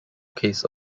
case